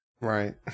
Right